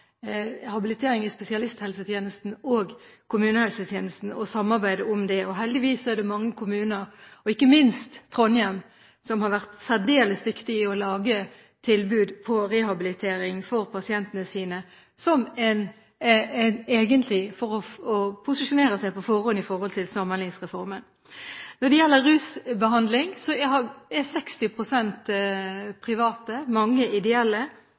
habilitering inn i spesialisthelsetjenesten og i kommunehelsetjenesten – og samarbeidet om det. Heldigvis er det mange kommuner, ikke minst Trondheim, som har vært særdeles dyktige i å lage et tilbud for rehabilitering for pasientene sine – egentlig for å posisjonere seg på forhånd når det gjelder Samhandlingsreformen. Når det gjelder rusbehandling, er 60 pst. private – mange ideelle.